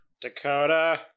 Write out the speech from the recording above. Dakota